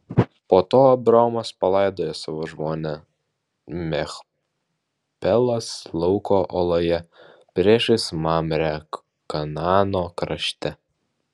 po to abraomas palaidojo savo žmoną machpelos lauko oloje priešais mamrę kanaano krašte